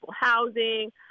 housing